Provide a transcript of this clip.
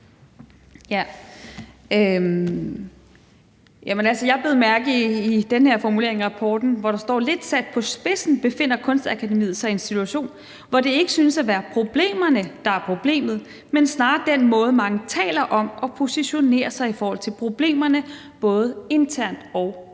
Jeg bed mærke i den formulering i rapporten, hvor der står: »Lidt sat på spidsen befinder Kunstakademiet sig i en situation, hvor det ikke synes at være ’problemerne’, der er problemet – men snarere den måde mange taler om og positionerer sig i forhold til problemerne både internt og eksternt.«